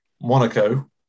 Monaco